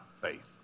faith